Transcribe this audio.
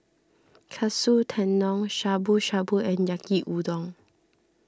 Katsu Tendon Shabu Shabu and Yaki Udon